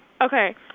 Okay